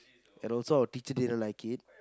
and also our teacher didn't like it